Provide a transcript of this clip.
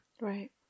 Right